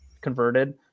converted